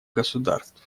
государств